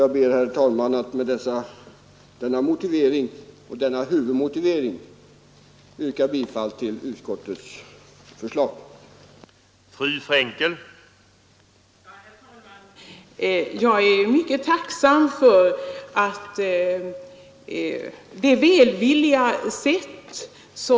Jag ber, herr talman, att med denna huvudmotivering få yrka bifall till utskottets hemställan.